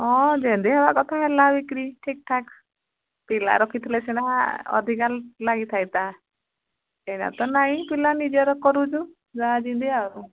ହଁ ଯେନ୍ତି ହେବା କଥା ହେଲା ବିକ୍ରି ଠିକ୍ଠାକ୍ ପିଲା ରଖିଥିଲେ ସିନା ଅଧିକା ଲାଗିଥାଇତା ତ ସେଇଟା ତ ନାଇଁ ପିଲା ନିଜର କରୁଛୁ ଯାହା ଯେନ୍ତିି ଆଉ